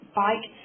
bike